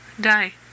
die